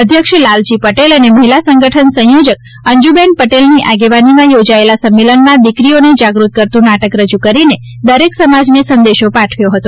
અધ્યક્ષ લાલજી પટેલ અને મહિલા સંગઠન સંયોજક અંજુબેન પટેલની આગેવાનીમાં યોજાયેલા સંમેલનમાં દીકરીઓને જાગૃત કરતું નાટક રજુ કરીને દરેક સમાજને સંદેશો પાઠવ્યો હતો